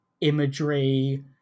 imagery